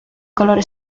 colore